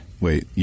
Wait